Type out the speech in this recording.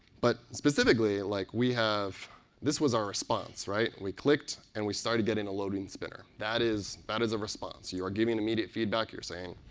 but specifically, like, we have this was our response. we clicked, and we started getting a loading spinner. that is that is a response. you are giving immediate feedback. you're saying,